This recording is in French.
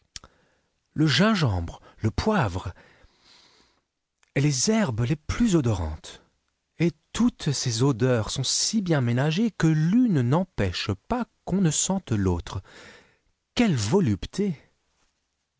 le gingembre le poivre et les herbes les plus odorantes et toutes ces odeurs sont si bien ménagées que l'une n'empêche pas qu'on ne sente l'autre quelle volupté